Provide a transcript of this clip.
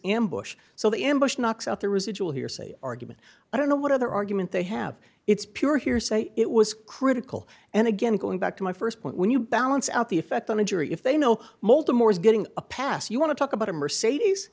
ambush so they ambush knocks out the residual hearsay argument i don't know what other argument they have it's pure hearsay it was critical and again going back to my st point when you balance out the effect on a jury if they know multum or is getting a pass you want to talk about a mercedes